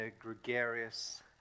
gregarious